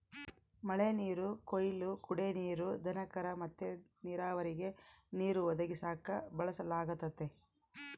ಮಳೆನೀರು ಕೊಯ್ಲು ಕುಡೇ ನೀರು, ದನಕರ ಮತ್ತೆ ನೀರಾವರಿಗೆ ನೀರು ಒದಗಿಸಾಕ ಬಳಸಲಾಗತತೆ